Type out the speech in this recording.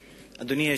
אדוני.